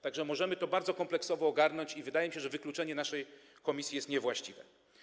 Tak że możemy to bardzo kompleksowo ogarnąć i wydaje mi się, że wykluczenie naszej komisji jest niewłaściwe.